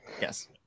Yes